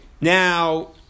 now